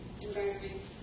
environments